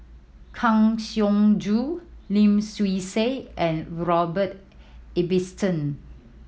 Kang Siong Joo Lim Swee Say and Robert Ibbetson